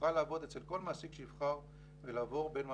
ויוכל לעבוד אצל כל מעסיק שיבחר ולעבור בין מעסיקים,